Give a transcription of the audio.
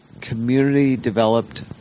community-developed